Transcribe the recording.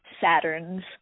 Saturn's